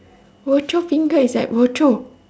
rochor beancurd is at rochor